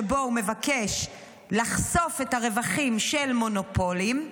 שבה הוא מבקש לחשוף את הרווחים של מונופולים,